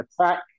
attack